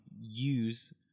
use